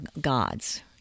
gods